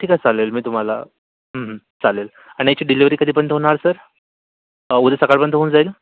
ठीक आहे चालेल मी तुम्हाला चालेल आणि याची डिलेव्हरी कधीपर्यंत होणार सर उद्या सकाळपर्यंत होऊन जाईल